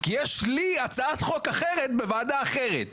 כי יש לי הצעת חוק אחרת בוועדה אחרת.